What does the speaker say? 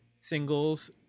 singles